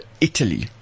Italy